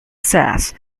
sash